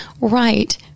right